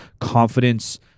confidence